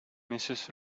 mrs